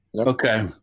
Okay